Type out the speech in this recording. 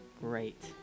Great